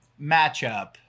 matchup